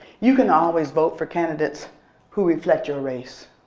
you can always vote for candidates who reflect your race.